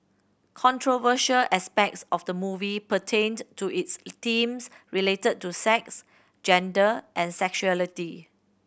controversial aspects of the movie pertained to its themes related to sex gender and sexuality